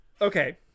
Okay